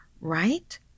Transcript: right